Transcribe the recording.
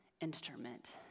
instrument